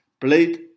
played